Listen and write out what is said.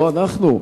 לא אנחנו,